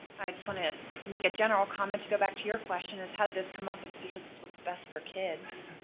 i just wanna make a general comment to go back to your question as how did this come up. it's because it's what's best for kids.